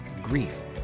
Grief